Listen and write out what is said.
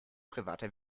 privater